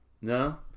no